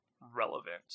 relevant